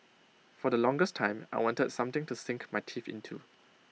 for the longest time I wanted something to sink my teeth into